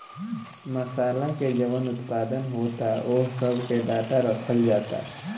मासाला के जवन उत्पादन होता ओह सब के डाटा रखल जाता